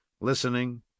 listening